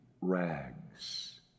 rags